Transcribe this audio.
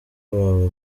wawe